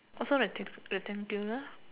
also rectan~ rectangular